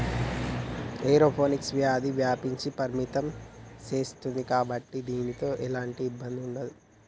aeroponics వ్యాధి వ్యాప్తిని పరిమితం సేస్తుంది కాబట్టి దీనితో ఎలాంటి ఇబ్బంది ఉండదు